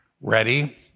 ready